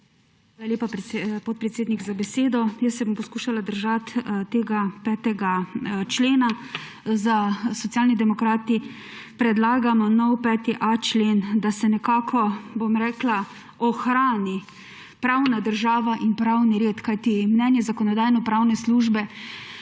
lepa, podpredsednik, za besedo. Jaz se bom poskušala držati tega 5. člena. Socialni demokrati predlagamo nov, 5.a člen, da se nekako, bom rekla, ohrani pravna država in pravni red. Mnenje Zakonodajno-pravne službe